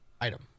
item